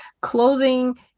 Clothing